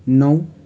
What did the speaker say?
नौ